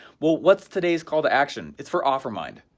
well what's today's call to action? it's for offermind,